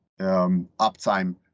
uptime